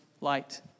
light